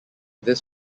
this